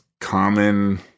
common